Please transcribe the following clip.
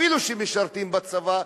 אפילו שמשרתים בצבא,